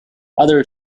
other